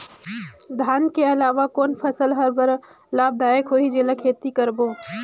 धान के अलावा कौन फसल हमर बर लाभदायक होही जेला खेती करबो?